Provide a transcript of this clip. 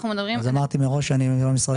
אז אמרתי מראש שאני לא ממשרד השיכון,